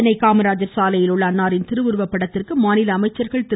சென்னை காமராஜர் சாலையில் உள்ள அன்னாரின் திருவுருவ படத்திற்கு மாநில அமைச்சர்கள் திரு